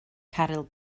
caryl